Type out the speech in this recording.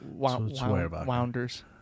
Wounders